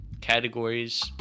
categories